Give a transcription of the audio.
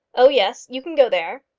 oh, yes you can go there.